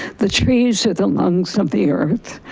the trees are the lungs of the earth.